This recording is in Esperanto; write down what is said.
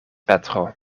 petro